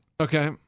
Okay